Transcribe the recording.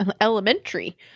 elementary